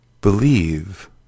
believe